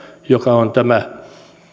joka on tämä